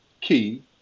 Key